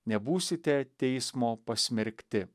nebūsite teismo pasmerkti